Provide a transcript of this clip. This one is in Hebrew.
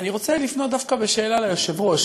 אני רוצה לפנות דווקא בשאלה ליושב-ראש,